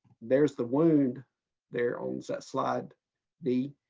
there's the wound there on that slide bee.